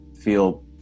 feel